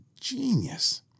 genius